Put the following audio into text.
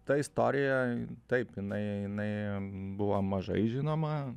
ta istorija taip jinai jinai buvo mažai žinoma